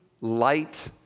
light